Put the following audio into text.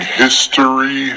history